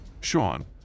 Sean